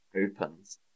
opens